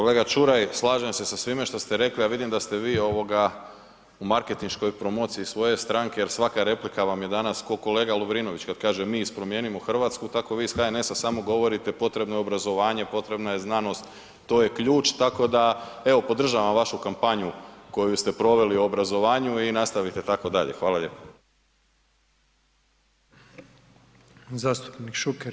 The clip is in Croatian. Kolega Čuraj slažem se sa svime što ste rekli, a vidim da ste vi ovoga u marketinškoj promociji svoje stranke jer svaka replika vam je danas ko kolega Lovrinović kad kaže mi iz Promijenimo Hrvatsku, tako vi iz HNS-a samo govorite potrebno je obrazovanje, potrebna je znanost, to je ključ, tako da evo podržavam vašu kampanju koju ste proveli u obrazovanju i nastavite tako dalje.